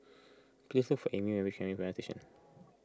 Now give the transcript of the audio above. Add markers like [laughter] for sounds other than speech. please look for Ami when you reach [unintelligible] Station